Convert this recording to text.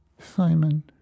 Simon